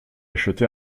acheté